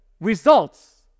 results